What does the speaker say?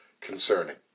concerning